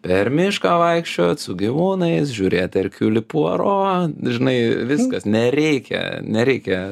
per mišką vaikščiot su gyvūnais žiūrėt erkiulį puaro žinai viskas nereikia nereikia